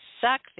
suck